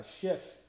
shifts